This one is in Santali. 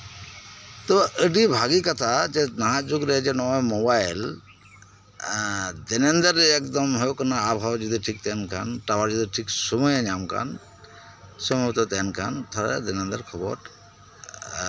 ᱛᱚ ᱟᱰᱤ ᱵᱷᱟᱜᱮ ᱠᱟᱛᱷᱟ ᱡᱮ ᱱᱟᱦᱟᱜ ᱡᱩᱜᱽ ᱨᱮᱡᱮ ᱱᱚᱜᱼᱚᱭ ᱡᱮ ᱢᱳᱵᱟᱭᱤᱞ ᱫᱤᱱᱟᱹᱢ ᱫᱤᱱ ᱨᱮ ᱮᱸᱜ ᱟᱵᱚᱦᱟᱣᱟ ᱡᱩᱫᱤ ᱴᱷᱤᱠ ᱛᱟᱦᱮᱱ ᱠᱷᱟᱱ ᱴᱟᱣᱟᱨ ᱡᱩᱫᱤ ᱴᱷᱤᱠ ᱛᱟᱦᱮᱱ ᱠᱷᱟᱱ ᱞᱚᱢᱵᱷᱚᱵᱚᱛᱚ ᱛᱟᱦᱮᱱ ᱠᱷᱟᱱ ᱛᱟᱞᱦᱮ ᱫᱤᱱᱟᱹᱢ ᱫᱤᱱᱚᱜ ᱠᱷᱚᱵᱚᱨ